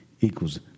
equals